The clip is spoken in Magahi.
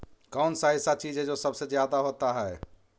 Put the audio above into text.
कौन सा ऐसा चीज है जो सबसे ज्यादा होता है?